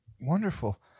Wonderful